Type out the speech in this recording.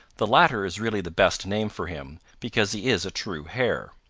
the latter is really the best name for him, because he is a true hare.